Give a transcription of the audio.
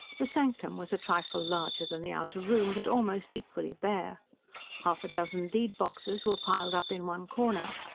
the sanctum was a trifle larger than the outer room, but almost equally bare half-a-dozen deed-boxes were piled up in one corner.